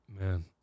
Man